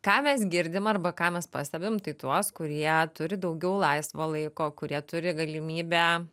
ką mes girdim arba ką mes pastebim tai tuos kurie turi daugiau laisvo laiko kurie turi galimybę